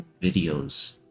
videos